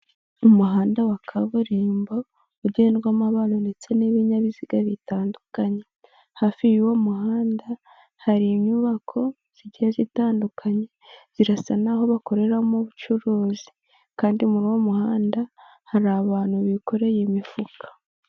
Umuhanda wa kaburimbo ugendwamo n'abantu ndetse n'ibinyabiziga bitandukanye, hafi y'uwo muhanda hari inyubako zigiye zitandukanye zirasa n'aho bakorera mu ubucuruzi kandi muri uwo muhanda hari abantu bikoreye imifuka.